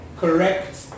correct